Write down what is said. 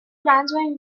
transform